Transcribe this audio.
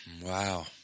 Wow